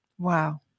Wow